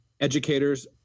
Educators